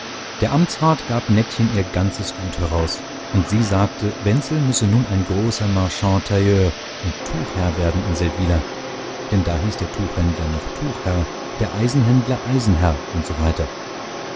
der amtsrat gab nettchen ihr ganzes gut heraus und sie sagte wenzel müsse nun ein großer marchand tailleur und tuchherr werden in seldwyla denn da hieß der tuchhändler noch tuchherr der eisenhändler eisenherr usw